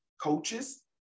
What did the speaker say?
coaches